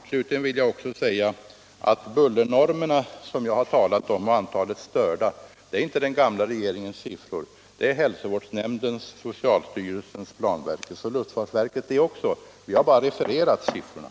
Slutligen vill jag säga att de bullernormer jag talade om och uppgifterna på antalet störda inte är den gamla regeringens siffror, utan det är hälsovårdsnämndens, socialstyrelsens, planverkets och luftfartsverkets siffror, som vi bara har refererat.